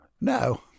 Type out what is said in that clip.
No